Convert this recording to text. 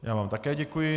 Já vám také děkuji.